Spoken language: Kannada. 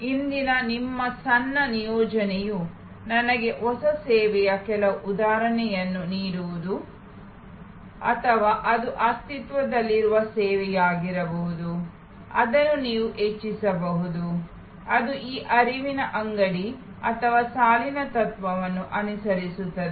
ಇಂದಿನ ನಿಮ್ಮ ಸಣ್ಣ ನಿಯೋಜನೆಯು ನನಗೆ ಹೊಸ ಸೇವೆಯ ಕೆಲವು ಉದಾಹರಣೆಗಳನ್ನು ನೀಡುವುದು ಅಥವಾ ಅದು ಅಸ್ತಿತ್ವದಲ್ಲಿರುವ ಸೇವೆಯಾಗಿರಬಹುದು ಅದನ್ನು ನೀವು ಹೆಚ್ಚಿಸಬಹುದು ಅದು low shop or line principle ತತ್ವವನ್ನು ಅನುಸರಿಸುತ್ತದೆ